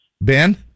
Ben